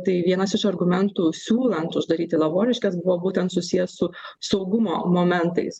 tai vienas iš argumentų siūlant uždaryti lavoriškes buvo būtent susiję su saugumo momentais